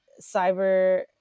Cyber